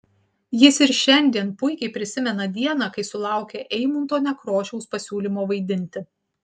jis ir šiandien puikiai prisimena dieną kai sulaukė eimunto nekrošiaus pasiūlymo vaidinti